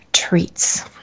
Treats